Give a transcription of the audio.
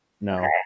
No